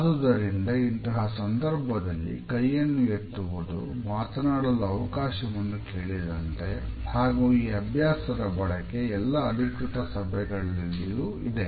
ಆದುದರಿಂದ ಇಂತಹ ಸಂದರ್ಭದಲ್ಲಿ ಕೈಯನ್ನು ಎತ್ತುವುದು ಮಾತನಾಡಲು ಅವಕಾಶವನ್ನು ಕೇಳಿದಂತೆ ಹಾಗೂ ಈ ಅಭ್ಯಾಸದ ಬಳಕೆ ಎಲ್ಲಾ ಅಧಿಕೃತ ಸಭೆಗಳಲ್ಲಿಯೂ ಇದೆ